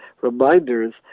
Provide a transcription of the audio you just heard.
reminders